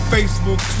Facebook